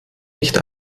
nicht